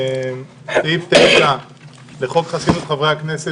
סעיף 9 לחוק חסינות חברי הכנסת,